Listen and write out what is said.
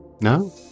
No